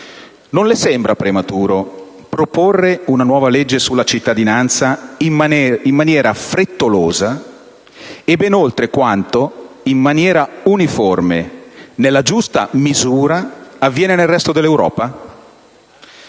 non le sembra prematuro proporre una nuova legge sulla cittadinanza in maniera frettolosa e ben oltre quanto in maniera uniforme, nella giusta misura avviene nel resto dell'Europa?